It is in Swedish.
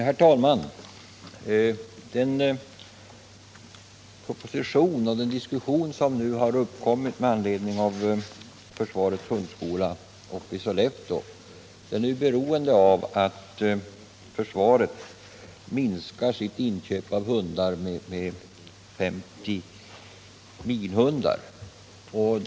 Herr talman! Framläggandet av propositionen och diskussionen med anledning av försvarets hundskola i Sollefteå beror främst på att försvaret minskar sitt inköp av hundar med 50 minhundar.